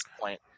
point